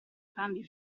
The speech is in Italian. grandi